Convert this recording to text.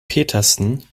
petersen